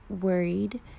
worried